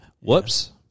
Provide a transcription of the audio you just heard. whoops